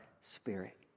Spirit